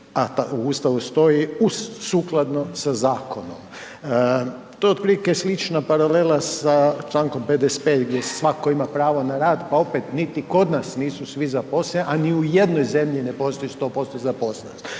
Ustavu stoji „uz sukladno sa zakonom“. To je otprilike slična paralela sa čl. 55 gdje svatko ima pravo na rad pa opet niti kod nas nisu svi zaposleni a ni u jednoj zemlji ne postoji zaposlenost.